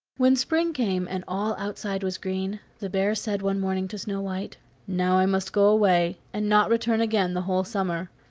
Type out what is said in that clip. when spring came, and all outside was green, the bear said one morning to snow-white now i must go away, and not return again the whole summer.